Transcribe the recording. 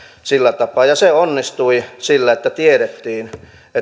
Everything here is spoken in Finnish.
sillä tapaa ja se onnistui sillä että tiedettiin